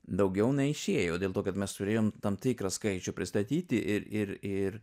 daugiau neišėjo dėl to kad mes turėjom tam tikrą skaičių pristatyti ir ir ir